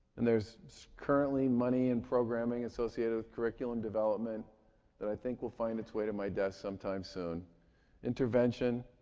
and there's so currently money and programming associated with curriculum development that i think will find its way to my desk sometime soon intervention,